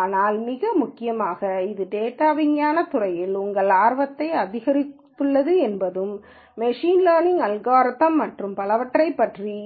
ஆனால் மிக முக்கியமாக இது டேட்டா விஞ்ஞானத் துறையில் உங்கள் ஆர்வத்தை அதிகரித்துள்ளது என்பதும் மெஷின் லேர்னிங் அல்காரிதம்கள் மற்றும் பலவற்றைப் பற்றி